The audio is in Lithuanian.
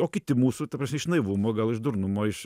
o kiti mūsų ta prasme iš naivumo gal iš durnumo iš